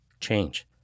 Change